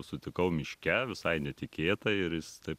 sutikau miške visai netikėtai ir jis taip